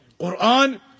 Qur'an